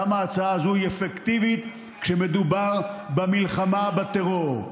כמה ההצעה הזו היא אפקטיבית כשמדובר במלחמה בטרור.